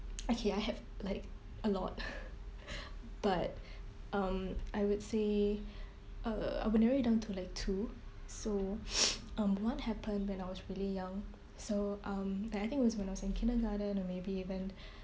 okay I have like a lot but um I would say uh I would narrow it down to like two so um what happened when I was really young so um like I think it was when I was in kindergarten or maybe even